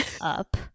up